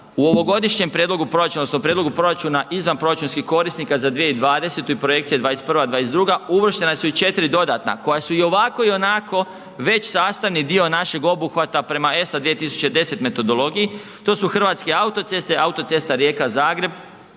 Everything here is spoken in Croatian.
u ovogodišnjem prijedlogu proračuna odnosno prijedlogu proračuna izvanproračunskih korisnika za 2020. i projekcija 2021., 2022., uvrštena su i 4 dodatna koja su i ovako i onako već sastavni dio našeg obuhvata prema ESA 2010 metodologiji, to su Hrvatske autoceste, Autocesta Rijeka-Zagreb,